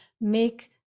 make